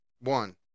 One